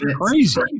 crazy